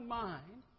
mind